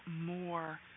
more